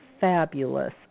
fabulous